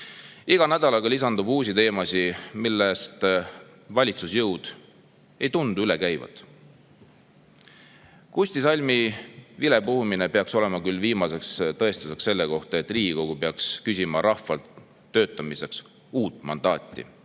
Igal nädalal lisandub uusi teemasid, millest valitsuse jõud ei tundu üle käivat. Kusti Salmi vilepuhumine peaks olema küll viimane tõestus selle kohta, et Riigikogu peaks küsima rahvalt töötamiseks uut mandaati